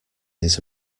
his